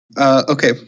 Okay